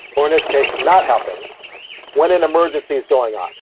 or in this case not helping when an emergency is going on.